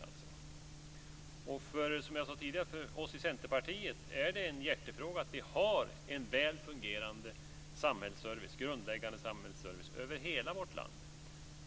Som jag sade tidigare är det för oss i Centerpartiet en hjärtefråga att vi har en väl fungerande grundläggande samhällsservice över hela vårt land.